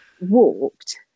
walked